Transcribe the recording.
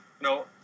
No